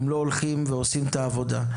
אם לא הולכים ועושים את העבודה.